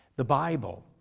the bible,